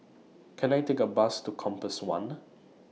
Can I Take A Bus to Compass one